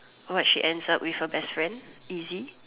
what she ends up with her best friend easy